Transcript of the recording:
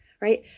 right